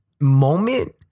moment